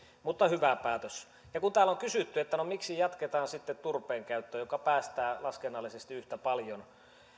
mutta hyvä päätös kun täällä on kysytty miksi jatketaan sitten turpeen käyttöä joka päästää laskennallisesti yhtä paljon